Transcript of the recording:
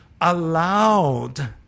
allowed